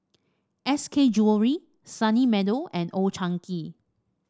S K Jewellery Sunny Meadow and Old Chang Kee